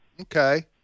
Okay